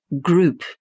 group